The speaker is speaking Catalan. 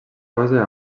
base